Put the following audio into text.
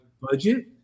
budget